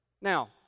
Now